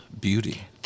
Beauty